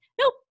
nope